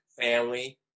family